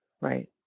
Right